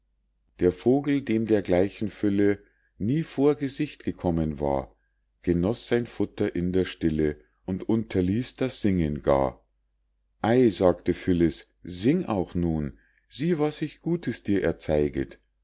der vogel dem dergleichen fülle nie vor gesicht gekommen war genoß sein futter in der stille und unterließ das singen gar ei sagte phyllis sing auch nun sieh was ich gutes dir erzeiget